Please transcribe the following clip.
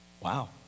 Wow